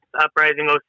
Uprising